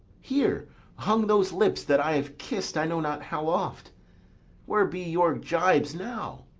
here hung those lips that i have kiss'd i know not how oft where be your gibes now?